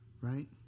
Right